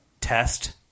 test